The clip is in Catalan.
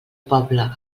poble